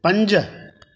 पंज